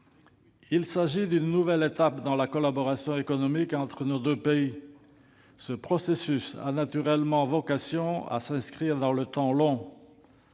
Il s'agit d'une nouvelle étape dans la collaboration économique entre nos deux pays. Ce processus a naturellement vocation à s'inscrire dans le temps long.